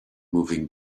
moving